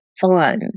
fun